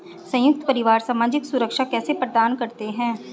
संयुक्त परिवार सामाजिक सुरक्षा कैसे प्रदान करते हैं?